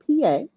PA